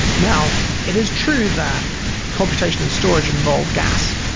now, it is true that computation and storage involve gas